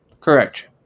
Correct